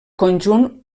conjunt